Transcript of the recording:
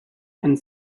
and